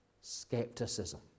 skepticism